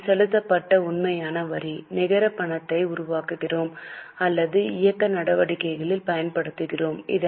இது செலுத்தப்பட்ட உண்மையான வரி நிகர பணத்தை உருவாக்குகிறோம் அல்லது இயக்க நடவடிக்கைகளில் பயன்படுத்துகிறோம்